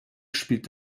spielt